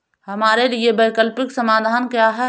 हमारे लिए वैकल्पिक समाधान क्या है?